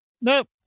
Nope